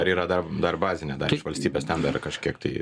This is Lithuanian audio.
ar yra dar dar bazinę dalį iš valstybės ten dar kažkiek tai